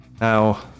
Now